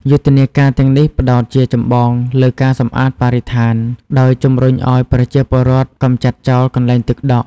យុទ្ធនាការទាំងនេះផ្តោតជាចម្បងលើ ការសម្អាតបរិស្ថាន ដោយជំរុញឱ្យប្រជាពលរដ្ឋកម្ចាត់ចោលកន្លែងទឹកដក់ ។